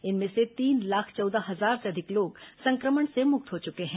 इनमें से तीन लाख चौदह हजार से अधिक लोग संक्रमण से मुक्त हो चुके हैं